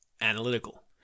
analytical